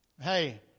Hey